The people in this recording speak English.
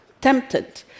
tempted